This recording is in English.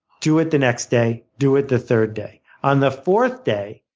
do it the next day, do it the third day. on the fourth day,